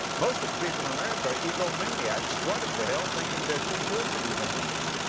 most of the people in america are egomaniacs strutting to hell thinking they're too good to be damned.